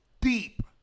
deep